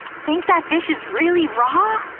think that fish is really raw?